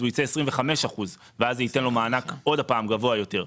הוא ייצא 25% ואז זה ייתן לו מענק גבוה יותר.